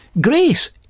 Grace